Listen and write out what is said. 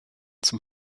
zum